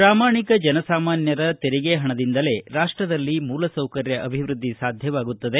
ಪ್ರಾಮಾಣಿಕ ಜನಸಾಮಾನ್ಗರ ತೆರಿಗೆ ಪಣದಿಂದಲೇ ರಾಷ್ಟದಲ್ಲಿ ಮೂಲಸೌಕರ್ಯ ಅಭಿವೃದ್ದಿ ಸಾಧ್ಯವಾಗುತ್ತದೆ